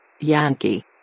Yankee